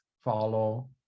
follow